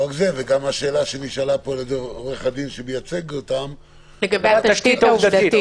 וגם השאלה שנשאלה על ידי עורך הדין שמייצג אותם על התשתית העובדתית.